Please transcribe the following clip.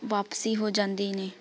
ਵਾਪਸੀ ਹੋ ਜਾਂਦੇ ਨੇ